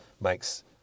makes